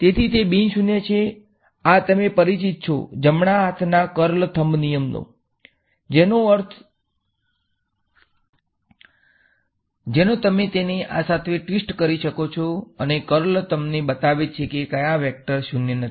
તેથી બિન શૂન્ય છે અને આ તમે પરિચિત છે જમણા હાથના કર્લ થમ્બ નિયમનો જેનો તમે તેને આ સાથે ટ્વિસ્ટ કરી શકો છો અને કર્લ તમને બતાવે છે કે કયાં વેક્ટર શૂન્ય નથી